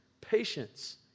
patience